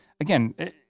again